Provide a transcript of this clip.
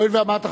הואיל ואמרת,